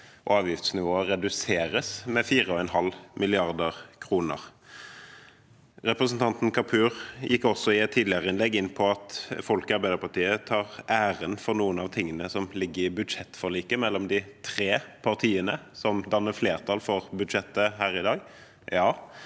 og avgiftsnivået reduseres med 4,5 mrd. kr. Representanten Kapur gikk også, i et tidligere innlegg, inn på at folk i Arbeiderpartiet tar æren for noe av det som ligger i budsjettforliket mellom de tre partiene som danner flertall for budsjettet her i dag. Ja,